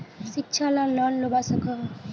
शिक्षा ला लोन लुबा सकोहो?